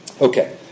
Okay